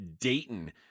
Dayton